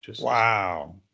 Wow